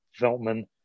Veltman